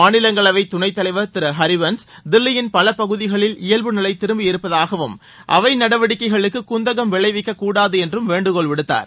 மாநிலங்களவைத் துணைத்தலைவா் திரு ஹரிவன்ஸ் தில்லியின் பல பகுதிகளில் இயல்பு நிலை திரும்பி இருப்பதாகவும் அவை நடவடிக்கைகளுக்கு குந்தகம் விளைவிக்கக்கூடாது என்றும் வேண்டுகோள் விடுத்தார்